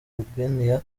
albania